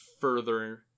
further